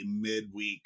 midweek